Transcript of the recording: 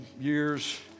years